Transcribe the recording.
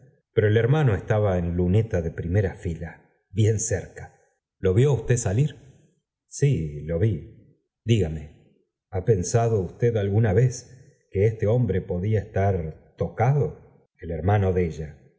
pero el hermano estaba en luneta de primera fila bien cerca lo vió usted salir sí lo vi ha pensado usted alguna vez que este hombre podía estar tocado el hermano de ella